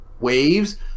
waves